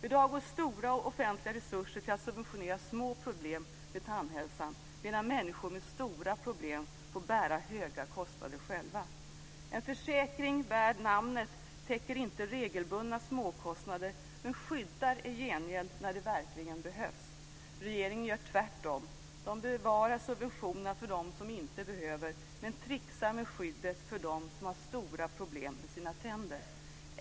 I dag går stora offentliga resurser till att subventionera små problem med tandhälsan, medan människor med stora problem får bära höga kostnader själva. En försäkring värd namnet täcker inte regelbundna småkostnader men skyddar i gengäld när det verkligen behövs. Regeringen gör tvärtom och bevarar subventionerna för dem som inte behöver, men trixar med skyddet för dem som har stora problem med sina tänder.